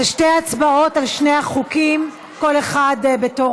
אלו שתי הצבעות על שני החוקים, כל אחד בתורו.